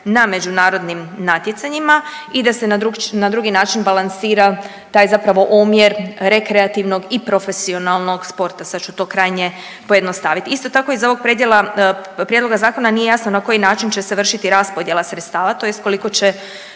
na međunarodnim natjecanjima i da se na drugi način balansira taj zapravo omjer rekreativnog i profesionalnog sporta, sad ću to krajnje pojednostavit. Isto tako iz ovog prijedloga zakona nije jasno na koji način će se vršiti raspodjela sredstava tj. koliko će